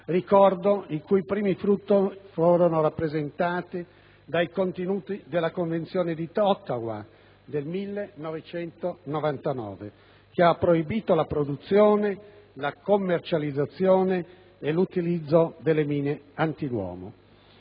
globale, i cui primi frutti furono rappresentati dai contenuti della Convenzione di Ottawa del 1999, che ha proibito la produzione, la commercializzazione e l'utilizzo delle mine antiuomo.